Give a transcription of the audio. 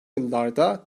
yıllarda